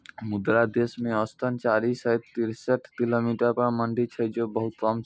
मुदा देश मे औसतन चारि सय तिरेसठ किलोमीटर पर मंडी छै, जे बहुत कम छै